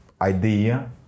idea